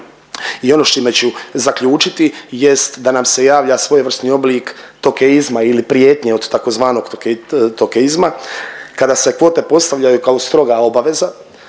I ono s čime ću zaključiti jest da nam se javlja svojevrsni oblik tokeizma ili prijetnje od tzv. tokeizma kada se kvote postavljaju kao stroga obaveza